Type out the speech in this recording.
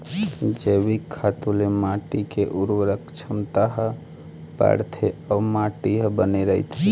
जइविक खातू ले माटी के उरवरक छमता ह बाड़थे अउ माटी ह बने रहिथे